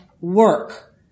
work